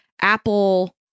Apple